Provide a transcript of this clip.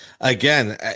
again